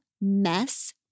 Mess